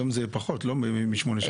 היום זה שמונה שנים.